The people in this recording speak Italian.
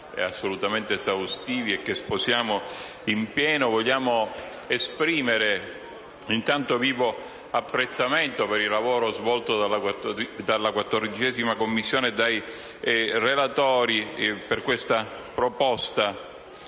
assolutamente esaustivi e che sposiamo in pieno, vogliamo esprimere intanto vivo apprezzamento per il lavoro svolto dalla 14a Commissione e dai relatori per questa proposta